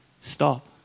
stop